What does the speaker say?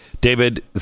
David